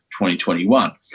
2021